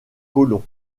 colons